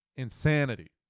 Insanity